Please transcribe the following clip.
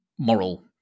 moral